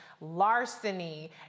larceny